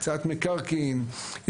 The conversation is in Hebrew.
הקצאת מקרקעין,